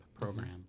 program